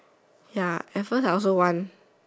ya at first I also want